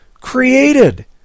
created